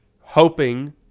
hoping